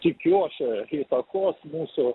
tikiuosi įtakos mūsų